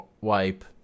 Wipe